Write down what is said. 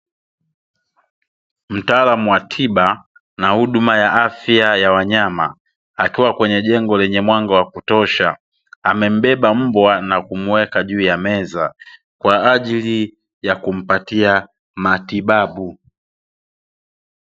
Mtaalamu wa tiba na huduma ya afya ya wanyama, akiwa kwenye jengo lenye mwanga wa kutosha. Amembeba mbwa na kumuweka juu ya meza kwa ajili ya kumpatia matibabu.